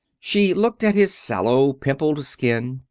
she looked at his sallow, pimpled skin,